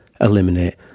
eliminate